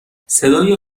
صدای